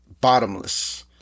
bottomless